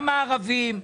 גם הערבים,